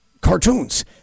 cartoons